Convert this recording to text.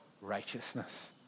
righteousness